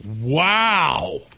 Wow